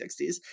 60s